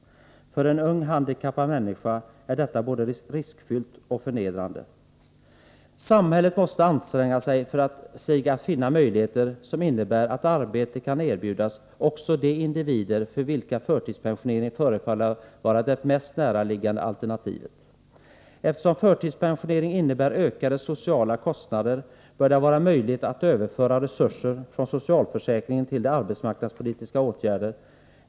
För en ung handikappad människa är detta både riskfyllt och förnedrande. Samhället måste anstränga sig att finna möjligheter som innebär att arbete kan erbjudas också de individer för vilka förtidspensionering förefaller vara det mest näraliggande alternativet. Eftersom förtidspensionering innebär ökade sociala kostnader bör det vara möjligt att överföra resurser från socialförsäkringen till arbetsmarknadspolitiska åtgärder.